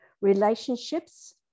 relationships